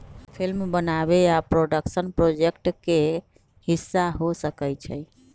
film बनाबे आ production project के हिस्सा हो सकइ छइ